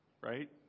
right